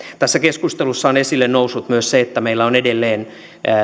tässä keskustelussa on esille noussut myös se että meillä on edelleen